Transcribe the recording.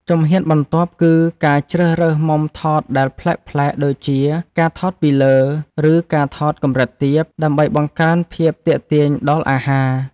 ជំហានបន្ទាប់ គឺការជ្រើសរើសមុំថតដែលប្លែកៗ ដូចជាការថតពីលើ ឬការថតកម្រិតទាប ដើម្បីបង្កើនភាពទាក់ទាញដល់អាហារ។